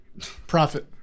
Profit